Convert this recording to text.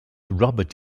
robert